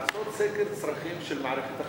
לעשות סקר צרכים של מערכת החינוך.